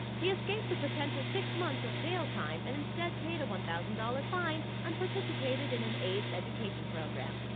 he escaped the potential six months of jail time and instead paid a one thousand dollars fine and participated in an aids education program.